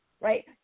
right